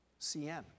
CN